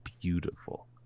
beautiful